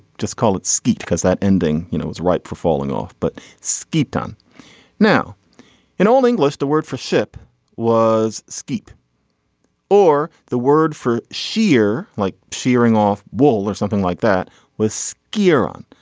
just call it skeet because that ending you know was ripe for falling off but skeet done now in old english the word for ship was skype or the word for sheer like shearing off wool or something like that was gear on.